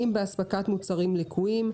אם באספקת מוצרים לקויים,